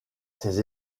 ces